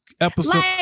episode